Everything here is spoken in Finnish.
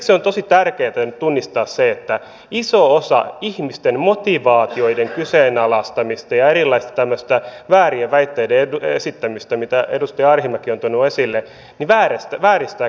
siksi on tosi tärkeätä nyt tunnistaa se että iso osa ihmisten motivaatioiden kyseenalaistamisesta ja erilaisten tämmöisten väärien väitteiden esittämisestä mitä edustaja arhinmäki on tuonut esille vääristää keskustelua